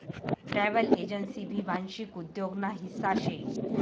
travel agency भी वांशिक उद्योग ना हिस्सा शे